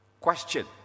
question